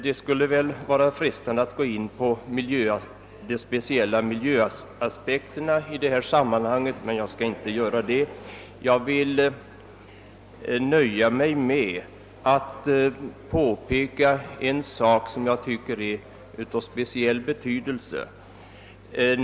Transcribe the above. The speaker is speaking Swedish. Det skulle väl vara frestande att gå in på de speciella miljöaspekterna i detta sammanhang, men jag skall inte göra det. Jag vill nöja mig med att påpeka en sak som jag tycker är av särskild betydelse.